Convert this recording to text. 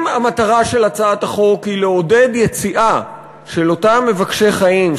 אם המטרה של הצעת החוק היא לעודד יציאה של אותם מבקשי חיים,